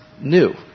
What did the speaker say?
new